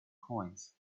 coins